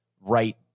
right